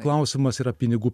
klausimas yra pinigų